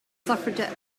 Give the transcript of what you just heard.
suffragette